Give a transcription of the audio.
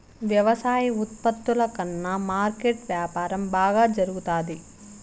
వ్యవసాయ ఉత్పత్తుల కన్నా మార్కెట్ వ్యాపారం బాగా జరుగుతాది